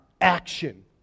action